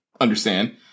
understand